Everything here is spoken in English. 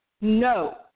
No